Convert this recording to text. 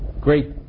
great